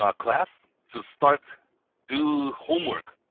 ah class to start do homework